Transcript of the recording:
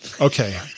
okay